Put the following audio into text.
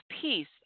peace